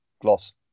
gloss